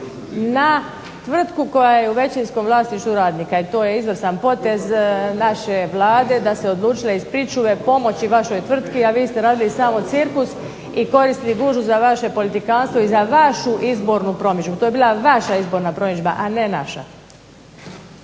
na tvrtku koja je u većinskom vlasništvu radnika. I to je izvrstan potez naše Vlade da se odlučila iz pričuve pomoći vašoj tvrtki, a vi ste radili samo cirkus i koristili gužvu za vaše politikantstvo i za vašu izbornu promidžbu. To je bila vaša izborna promidžba, a ne naša.